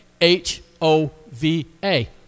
H-O-V-A